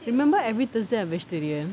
remember every thursday I'm vegetarian